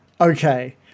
okay